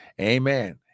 Amen